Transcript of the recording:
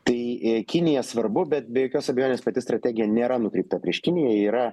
tai kinija svarbu bet be jokios abejonės pati strategija nėra nukreipta prieš kiniją ji yra